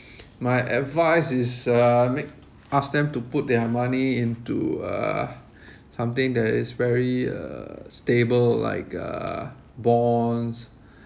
my advice is uh make ask them to put their money into uh something that is very uh stable like uh bonds